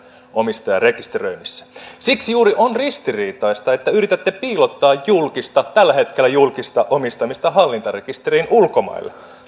omistajarekisteröinnissä siksi juuri on ristiriitaista että yritätte piilottaa julkista tällä hetkellä julkista omistamista hallintarekisteriin ulkomaille